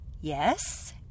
Yes